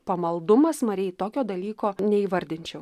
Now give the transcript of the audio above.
pamaldumas marijai tokio dalyko neįvardinčiau